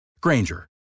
Granger